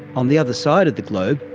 on the other side of the globe,